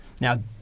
Now